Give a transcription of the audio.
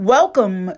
Welcome